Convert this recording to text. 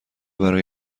برای